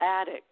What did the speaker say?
attic